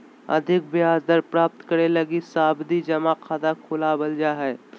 अधिक ब्याज दर प्राप्त करे लगी सावधि जमा खाता खुलवावल जा हय